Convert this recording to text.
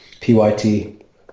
PYT